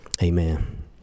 Amen